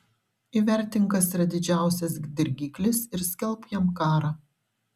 įvertink kas yra didžiausias dirgiklis ir skelbk jam karą